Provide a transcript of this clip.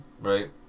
right